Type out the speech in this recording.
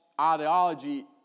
ideology